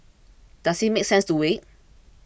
does it make sense to wait